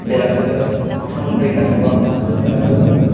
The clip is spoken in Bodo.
बेलासिबो थाम रिंगासोआव आं